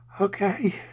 okay